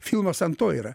filmas ant to yra